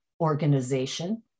organization